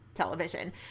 television